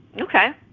Okay